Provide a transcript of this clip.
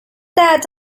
that